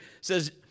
says